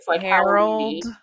Harold